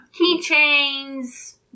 keychains